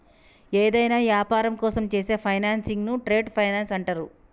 యేదైనా యాపారం కోసం చేసే ఫైనాన్సింగ్ను ట్రేడ్ ఫైనాన్స్ అంటరు